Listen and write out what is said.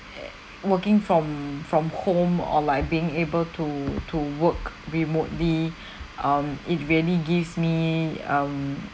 uh working from from home or like being able to to work remotely um it really gives me um